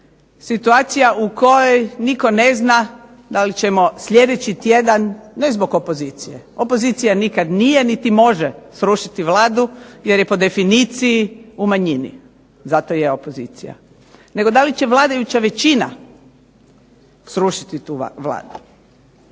situacija u kojoj nitko ne zna da li ćemo sljedeći tjedan, ne zbog opozicije, opozicija nikad nije niti može srušiti Vladu jer je po definiciji u manjini, zato i je opozicija, nego da li će vladajuća većina srušiti tu Vladu.